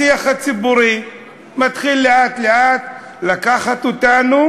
השיח הציבורי מתחיל לאט-לאט לקחת אותנו